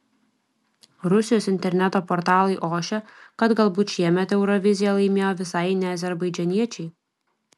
rusijos interneto portalai ošia kad galbūt šiemet euroviziją laimėjo visai ne azerbaidžaniečiai